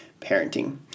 parenting